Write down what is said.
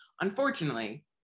Unfortunately